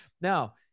Now